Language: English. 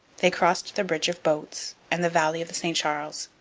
they crossed the bridge of boats and the valley of the st charles,